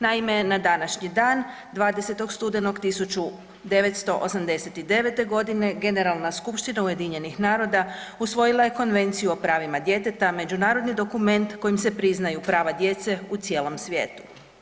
Naime, na današnji dan 20. studenog 1989. godine Generalna skupština Ujedinjenih naroda usvojila je Konvenciju o pravima djeteta međunarodni dokument kojim se priznaju prava djece u cijelom svijetu.